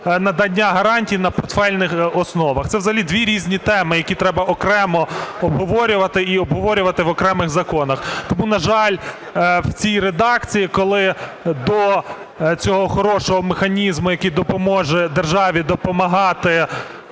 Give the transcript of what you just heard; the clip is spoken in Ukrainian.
надання гарантій на портфельних основах, це взагалі дві різні теми, які треба окремо обговорювати, і обговорювати в окремих законах. Тому, на жаль, в цій редакції, коли до цього хорошого механізму, який допоможе державі допомагати